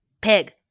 Pig